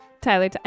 Tyler